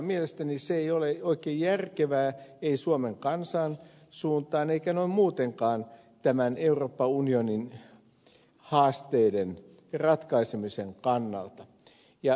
mielestäni se ei ole oikein järkevää ei suomen kansan suuntaan eikä noin muutenkaan tämän euroopan unionin haasteiden ratkaisemisen kannalta